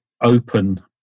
open